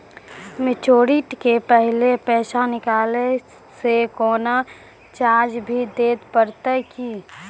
Maturity के पहले पैसा निकालै से कोनो चार्ज भी देत परतै की?